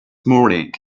morning